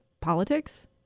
politics